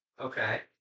Okay